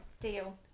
Deal